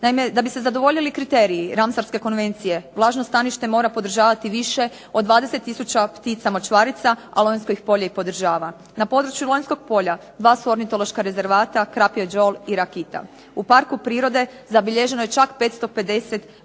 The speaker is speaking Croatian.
Naime, da bi se zadovoljili kriteriji Ramstarske konvencije vlažno stanište mora podržavati više od 20000 ptica močvarica, a Lonjsko ih polje i podržava. Na području Lonjskog polja dva su ornitološka rezervata Krapje đol i Rakita. U parku prirode zabilježeno je čak 550 vrsta